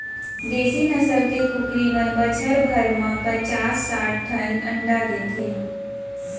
देसी नसल के कुकरी मन बछर भर म पचास साठ ठन अंडा देथे